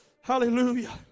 hallelujah